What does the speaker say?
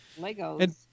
Legos